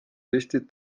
eesti